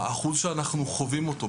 האחוז שאנחנו חווים אותו,